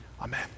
Amen